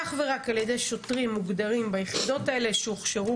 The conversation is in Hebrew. אך ורק על ידי שוטרים מוגדרים ביחידות האלה שהוכשרו